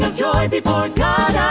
joy of the lord